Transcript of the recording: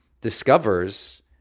discovers